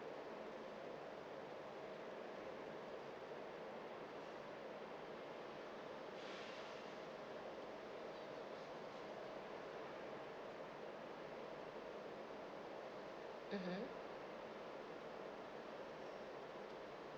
mmhmm